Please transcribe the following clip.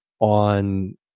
on